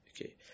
Okay